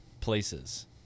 places